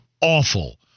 awful